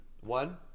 One